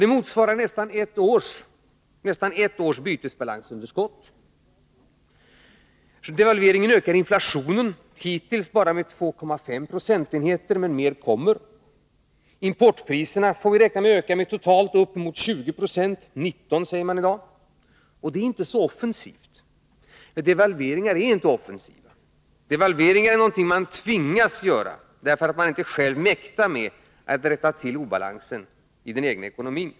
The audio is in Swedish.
Det motsvarar nästan ett års bytesbalansunderskott. Devalveringen ökade inflationen — hittills bara med 2,5 procentenheter, men mer kommer. Importpriserna, får vi räkna med, ökar med totalt uppemot 20 96 — 19 eo säger man i dag. Detta resultat är föga offensivt. Devalveringar är aldrig offensiva. Devalvering är något man tvingas göra, därför att man inte själv mäktar med att rätta till obalansen i den egna ekonomin.